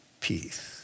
peace